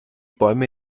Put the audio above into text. bäume